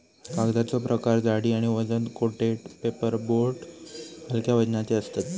कागदाचो प्रकार जाडी आणि वजन कोटेड पेपर बोर्ड हलक्या वजनाचे असतत